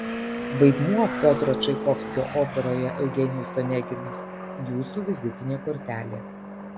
vaidmuo piotro čaikovskio operoje eugenijus oneginas jūsų vizitinė kortelė